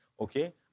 Okay